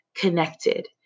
connected